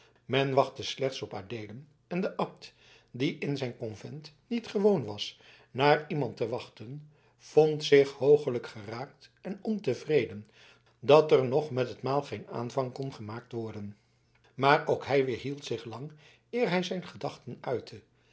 men wachtte slechts op adeelen en de abt die in zijn convent niet gewoon was naar iemand te wachten vond zich hooglijk geraakt en ontevreden dat er nog met het maal geen aanvang kon gemaakt worden maar ook hij weerhield zich lang eer hij zijn gedachten uitte